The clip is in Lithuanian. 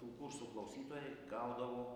paskaitų kursų klausytojai gaudavo